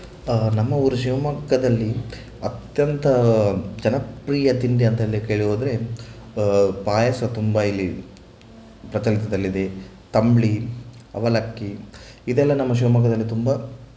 ನಮ್ಮ ಊರು ಶಿವಮೊಗ್ಗದಲ್ಲಿ ಅತ್ಯಂತ ಜನಪ್ರಿಯ ತಿಂಡಿ ಅಂತ ಹೇಳಲಿಕ್ಕೆ ಹೇಳಿ ಹೋದರೆ ಪಾಯಸ ತುಂಬ ಇಲ್ಲಿ ಪ್ರಚಲಿತದಲ್ಲಿದೆ ತಂಬುಳಿ ಅವಲಕ್ಕಿ ಇದೆಲ್ಲ ನಮ್ಮ ಶಿವಮೊಗ್ಗದಲ್ಲಿ ತುಂಬ